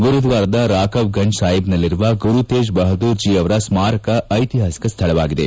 ಗುರುದ್ವಾರದ ರಾಕಬ್ ಗಂಜ್ ಸಾಹೀಬ್ನಲ್ಲಿರುವ ಗುರುತೇಜ್ ಬಹದ್ದೂರ್ ಜೀ ಅವರ ಸ್ಮಾರಕ ಐತಿಹಾಸಿಕ ಸ್ಥಳವಾಗಿದೆ